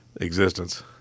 existence